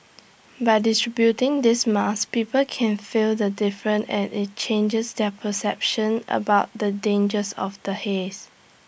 by distributing these masks people can feel the difference and IT changes their perception about the dangers of the haze